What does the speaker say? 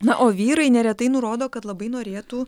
na o vyrai neretai nurodo kad labai norėtų